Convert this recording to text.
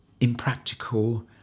impractical